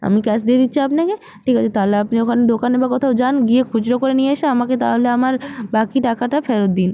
আমি ক্যাশ দিয়ে দিচ্ছি আপনাকে ঠিক আছে তালে আপনি ওখানে দোকানে বা কোথাও যান গিয়ে খুজরো করে নিয়ে এসে আমাকে তাহলে আমার বাকি টাকাটা ফেরত দিন